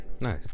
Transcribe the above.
nice